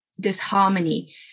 Disharmony